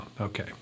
Okay